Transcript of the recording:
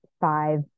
five